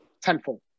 tenfold